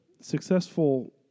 successful